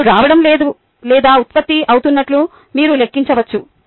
మీరు రావడం లేదా ఉత్పత్తి అవుతున్నట్లు మీరు లెక్కించవచ్చు